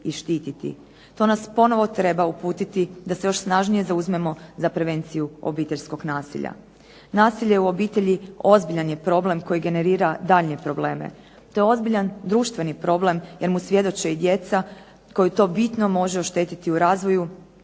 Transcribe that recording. To nas ponovo treba uputiti da se još snažnije zauzmemo za prevenciju obiteljskog nasilja. Nasilje u obitelji ozbiljan je problem koji generira daljnje probleme. To je ozbiljan društveni problem jer mu svjedoče i djeca koji to bitno može oštetiti u razvoju,